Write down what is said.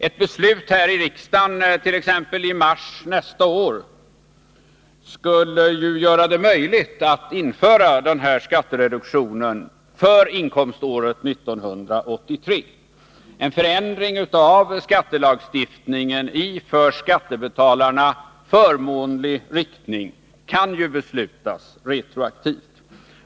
Ett beslut här i riksdagen, t.ex. i mars nästa år, skulle göra det möjligt att införa denna skattereduktion för inkomståret 1983. En förändring av skattelagstiftningen i för skattebetalarna förmånlig riktning kan ju beslutas retroaktivt.